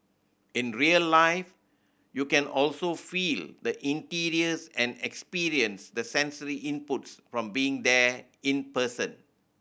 in real life you can also feel the interiors and experience the sensory inputs from being there in person